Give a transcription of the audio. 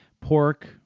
pork